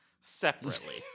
separately